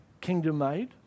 kingdom-made